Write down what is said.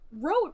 wrote